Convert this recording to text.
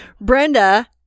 Brenda